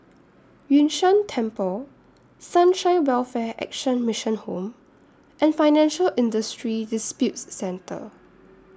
Yun Shan Temple Sunshine Welfare Action Mission Home and Financial Industry Disputes Center